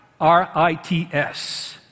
R-I-T-S